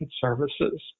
services